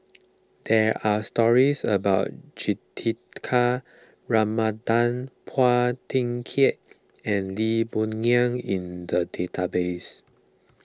there are stories about Juthika Ramanathan Phua Thin Kiay and Lee Boon Ngan in the database